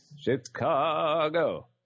Chicago